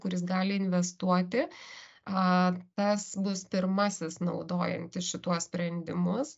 kuris gali investuoti tas bus pirmasis naudojantis šituos sprendimus